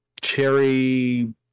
cherry